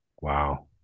Wow